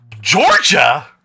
Georgia